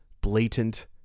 blatant